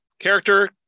Character